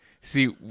See